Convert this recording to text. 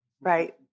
right